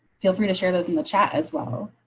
feel free to share those in the chat as well.